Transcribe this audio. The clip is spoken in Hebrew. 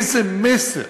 איזה מסר